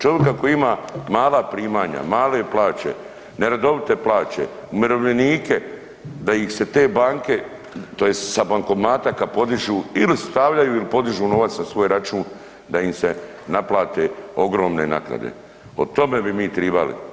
Čovika koji ima mala primanja, male plaće, neredovite plaće, umirovljenike da ih se te banke tj. kada sa bankomata kad podižu ili stavljaju ili podižu novac sa svog računa da im se naplate ogromne naknade, o tome bi mi tribali.